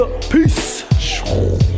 peace